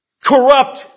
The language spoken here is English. Corrupt